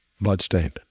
bloodstained